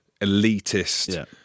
elitist